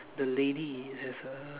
the lady has a